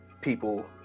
people